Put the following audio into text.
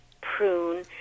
prune